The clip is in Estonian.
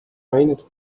ained